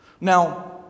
Now